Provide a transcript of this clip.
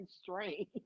strange